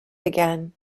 again